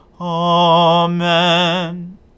Amen